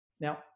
Now